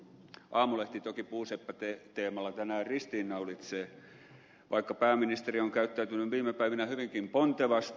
aamulehti toki puuseppäteemalla tänään ristiinnaulitsee vaikka pääministeri on käyttäytynyt viime päivinä hyvinkin pontevasti